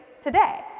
today